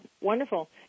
wonderful